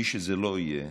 מי שזה לא יהיה.